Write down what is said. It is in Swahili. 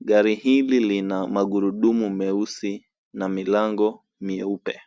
Gari hili lina magurudumu meusi na milango myeupe.